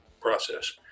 process